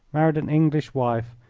married an english wife,